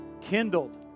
kindled